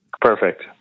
Perfect